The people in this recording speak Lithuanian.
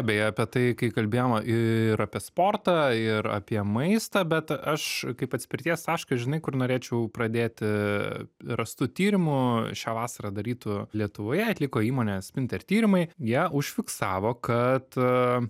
beje apie tai kai kalbėjom ir apie sportą ir apie maistą bet aš kaip atspirties tašką žinai kur norėčiau pradėti rastu tyrimu šią vasarą darytu lietuvoje atliko įmonės spinter tyrimai jie užfiksavo kad